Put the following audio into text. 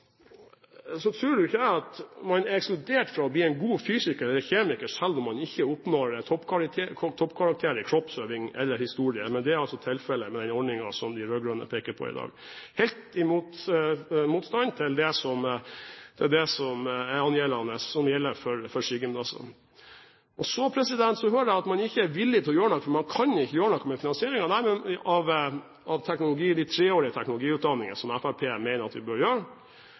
ikke jeg at man er ekskludert fra å bli en god fysiker eller kjemiker om man ikke oppnår toppkarakter i kroppsøving eller historie. Men det er altså tilfellet med den ordningen som de rød-grønne peker på i dag, i motsetning til det som gjelder for skigymnasene. Så hører jeg at man ikke er villig til å gjøre noe med finansieringen av de treårige teknologiutdanningene, som Fremskrittspartiet mener at man bør gjøre noe med. Det er klart at vi måtte gjøre noe med lærerutdanningen – det var helt nødvendig og riktig å gjøre – men de kostbare treårige teknologiutdanningene